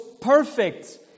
perfect